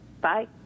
Bye